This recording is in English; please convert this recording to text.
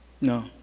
No